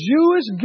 Jewish